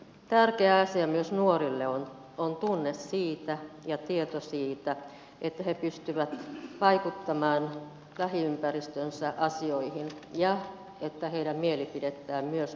tärkeä asia myös nuorille on tunne ja tieto siitä että he pystyvät vaikuttamaan lähiympäristönsä asioihin ja että heidän mielipidettään myös kuunnellaan